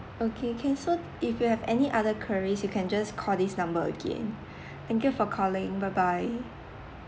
okay can so if you have any other queries you can just call this number again thank you for calling bye bye